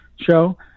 show